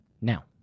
now